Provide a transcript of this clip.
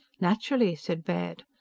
naturally! said baird.